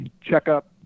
checkup